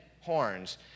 horns